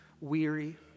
weary